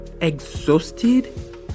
exhausted